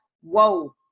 whoa